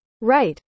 Right